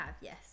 yes